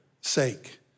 sake